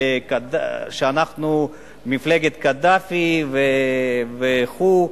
שאנחנו מפלגת קדאפי וכו'.